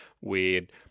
weird